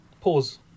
pause